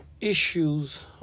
issues